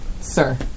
Sir